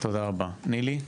תודה רבה, נילי.